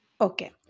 okay